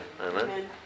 Amen